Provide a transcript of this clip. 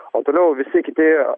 o toliau visi kiti